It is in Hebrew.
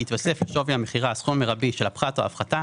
יתווסף לשווי המכירה הסכום המרבי של הפחת או ההפחתה